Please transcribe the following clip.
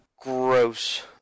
gross